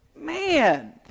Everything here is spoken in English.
man